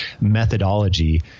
methodology